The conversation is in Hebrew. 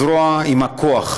הזרוע עם הכוח,